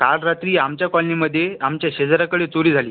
काल रात्री आमच्या कॉलनीमध्ये आमच्या शेजाऱ्याकडे चोरी झाली